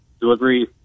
delivery